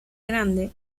grande